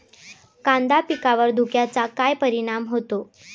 कांदा पिकावर धुक्याचा काय परिणाम होतो?